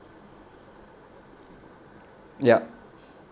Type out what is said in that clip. yup